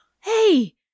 Hey